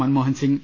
Manmohan Singh